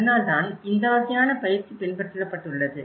அதனால்தான் இந்த வகையான பயிற்சி பின்பற்றப்பட்டுள்ளது